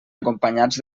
acompanyats